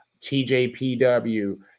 TJPW